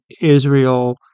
israel